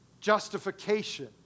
justification